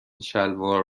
شلوار